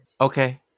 Okay